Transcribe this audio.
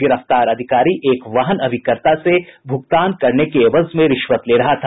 गिरफ्तार अधिकारी एक वाहन अभिकर्ता से भुगतान करने के एवज में रिश्वत ले रहा था